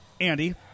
Andy